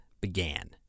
began